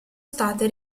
state